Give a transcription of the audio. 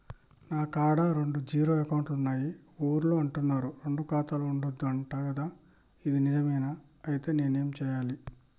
నా కాడా రెండు జీరో అకౌంట్లున్నాయి ఊళ్ళో అంటుర్రు రెండు ఖాతాలు ఉండద్దు అంట గదా ఇది నిజమేనా? ఐతే నేనేం చేయాలే?